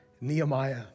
Nehemiah